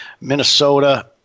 Minnesota